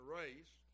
race